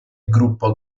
gruppo